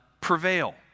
prevail